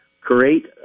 create